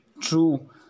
true